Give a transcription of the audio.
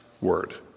word